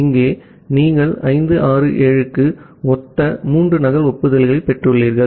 இங்கே நீங்கள் 5 6 7 க்கு ஒத்த மூன்று நகல் ஒப்புதல்களைப் பெற்றுள்ளீர்கள்